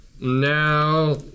now